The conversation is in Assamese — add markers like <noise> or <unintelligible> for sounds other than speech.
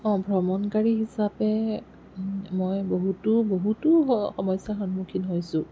অঁ ভ্ৰমনকাৰী হিচাপে মই বহুতো বহুতো <unintelligible> সমস্যা সন্মূখীন হৈছোঁ